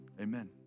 Amen